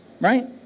right